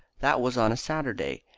that was on a saturday,